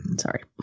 Sorry